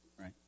right